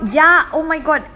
free ya oh my god